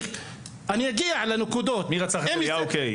מי רצח את אליהו קיי?